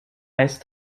ice